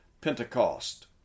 Pentecost